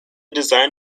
design